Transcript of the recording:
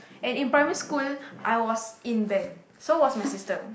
and in primary school I was in Band so was my sister